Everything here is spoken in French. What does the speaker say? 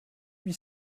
huit